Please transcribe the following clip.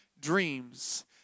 dreams